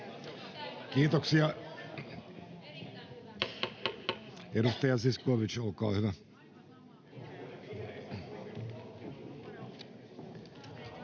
Kiitoksia. — Edustaja Zyskowicz, olkaa hyvä.